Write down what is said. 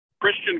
Christian